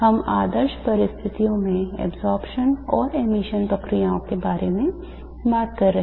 हम आदर्श परिस्थितियों में absorption और emission प्रक्रियाओं के बारे में बात कर रहे हैं